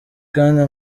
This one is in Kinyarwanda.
kandi